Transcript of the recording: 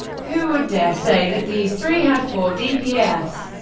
who would dare say that these three had poor dps?